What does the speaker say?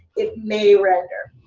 it may render.